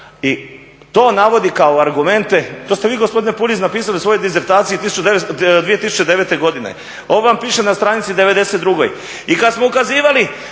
i to navodi kao argumente, to ste vi gospodine Puljiz napisali u svojoj disertaciji 2009.godine. ovo vam piše na stranici 92.